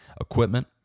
equipment